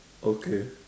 okay